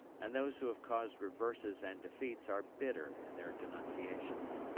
and those who have caused reverses and defeats are bitter in their denunciations.